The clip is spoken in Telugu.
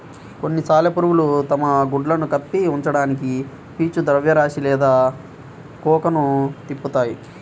కొన్ని సాలెపురుగులు తమ గుడ్లను కప్పి ఉంచడానికి పీచు ద్రవ్యరాశి లేదా కోకన్ను తిప్పుతాయి